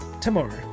tomorrow